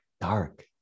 dark